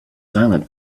silent